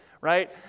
right